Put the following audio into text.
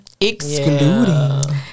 Excluding